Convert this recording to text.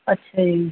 ਅੱਛਾ ਜੀ